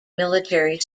military